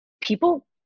People